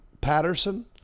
Patterson